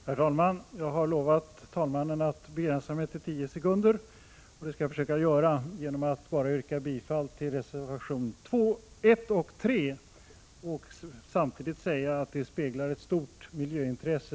Herr talman! Jag har lovat talmannen att begränsa mig till tio sekunder, och det skall jag försöka göra genom att bara yrka bifall till reservationerna 1 och 3 och samtidigt framhålla att dessa speglar ett stort miljöintresse.